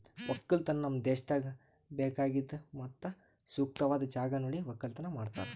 ಒಕ್ಕಲತನ ನಮ್ ದೇಶದಾಗ್ ಬೇಕಾಗಿದ್ ಮತ್ತ ಸೂಕ್ತವಾದ್ ಜಾಗ ನೋಡಿ ಒಕ್ಕಲತನ ಮಾಡ್ತಾರ್